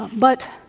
but,